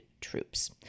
troops